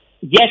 yes